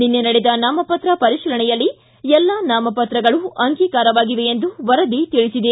ನಿನ್ನೆ ನಡೆದ ನಾಮಪತ್ರ ಪರಿಶೀಲನೆಯಲ್ಲಿ ಎಲ್ಲಾ ನಾಮಪತ್ರಗಳು ಆಂಗಿಕಾರವಾಗಿವೆ ಎಂದು ವರದಿ ತಿಳಿಸಿದೆ